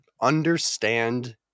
understand